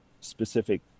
specific